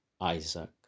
Isaac